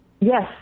yes